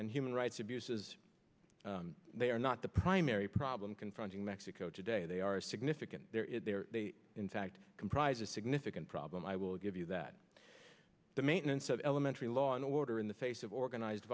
and human rights abuses they are not the primary problem confronting mexico today they are significant they in fact comprise a significant problem i will give you that the maintenance of elementary law and order in the face of organized